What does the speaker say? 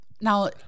Now